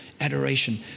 adoration